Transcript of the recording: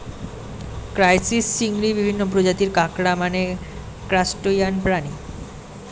crisis, চিংড়ি, বিভিন্ন প্রজাতির কাঁকড়া মানে ক্রাসটেসিয়ান প্রাণী